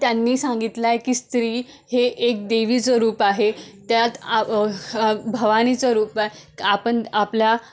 त्यांनी सांगितलंय की स्त्री हे एक देवीचं रूप आहे त्यात आ हा भवानीचं रूप आहे आपण आपल्या